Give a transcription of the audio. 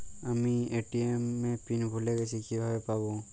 আমি এ.টি.এম এর পিন ভুলে গেছি কিভাবে পাবো?